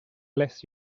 bless